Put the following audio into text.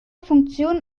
funktion